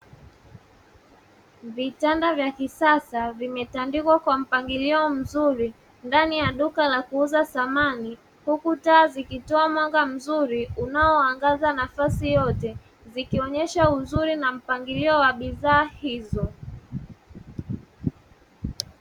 Vitanda vya kisasa vimetandikwa kwa mpangilio wa kisasa ndani ya duka la kuuza samani, huku taa zikitoa mwanga mzuri unaoangaza nafasi yote, zikionyesha uzuri na mpangilio wa bidhaa hizo.